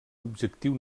objectiu